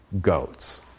Goats